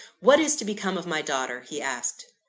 what is to become of my daughter he asked.